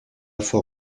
fois